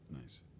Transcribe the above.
Nice